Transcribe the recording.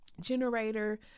generator